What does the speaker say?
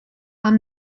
are